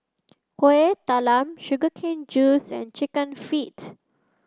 Kueh Talam sugar cane juice and chicken feet